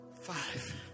Five